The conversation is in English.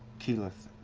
keyleth?